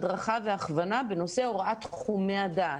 הדרכה והכוונה בנושא הוראת תחומי הדעת,